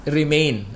remain